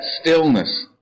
stillness